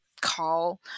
call